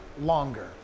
longer